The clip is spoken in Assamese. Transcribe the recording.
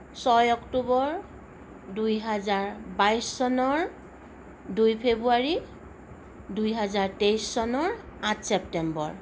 ছয় অক্টোবৰ দুই হাজাৰ বাইশ চনৰ দুই ফেব্ৰুৱাৰী দুই হাজাৰ তেইছ চনৰ আঠ চেপ্টেম্বৰ